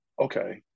okay